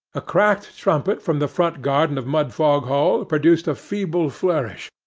a cracked trumpet from the front garden of mudfog hall produced a feeble flourish,